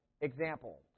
example